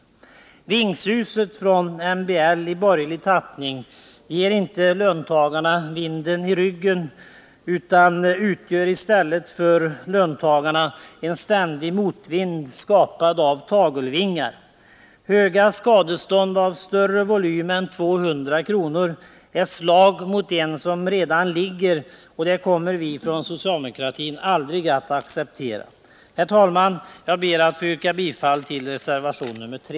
Vingsuset från MBL i borgerlig tappning ger inte löntagarna vinden i ryggen, utan det utgör i stället för löntagarna en ständig motvind, skapad av tagelvingar. Höga skadestånd av större volym än 200 kr. är slag mot en som redan ligger, och det kommer vi ifrån socialdemokratin aldrig att acceptera. Herr talman! Jag ber att få yrka bifall till reservation nr 3.